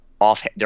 off